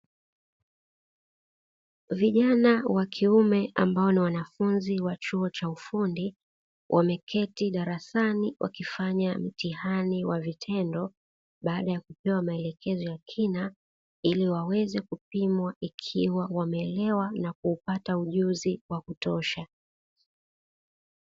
Vijana wa kiume ambao ni wanafunzi wa chuo cha ufundi wameketi darasani wakifanya mtihani wa vitendo, baada ya kupewa maelekezo ya kina ili waweze kupimwa ikiwa wameelewa na kuupata ujuzi wa kutosha.